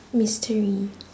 mystery